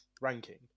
ranking